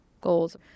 goals